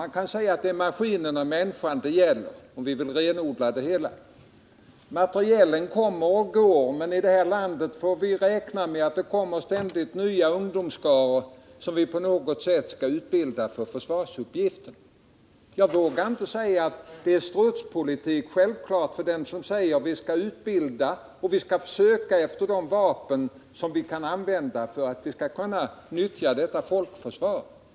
Vill vi renodla det hela, kan vi säga att det är maskinen eller människan som det gäller. Materielen kommer och går, men det kommer också nya ungdomsskaror som vi på något sätt måste utbilda för försvarsuppgiften. Jag anser inte att det är strutspolitik, om man utgår från de värnpliktiga och skaffar de vapen som kan användas för detta folkförsvar.